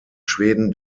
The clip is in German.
schweden